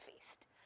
feast